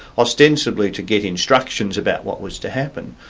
ostensibly to get instructions about what was to happen.